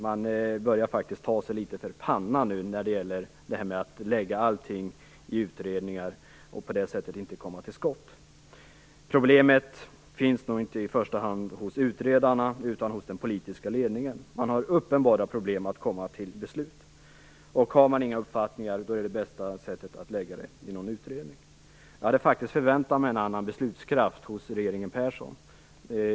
Man börjar faktiskt ta sig för pannan när det gäller att lägga allting i utredningar och på det sättet inte komma till skott. Problemet finns nog inte i första hand hos utredaren utan hos den politiska ledningen. Man har uppenbara problem med att komma till beslut. Har man ingen uppfattning är det bästa att tillsätta en utredning. Jag hade faktiskt förväntat mig en annan beslutskraft hos regeringen Persson.